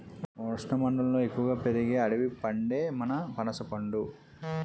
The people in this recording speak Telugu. ఉష్ణమండలంలో ఎక్కువగా పెరిగే అడవి పండే మన పనసపండు